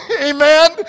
Amen